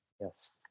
Yes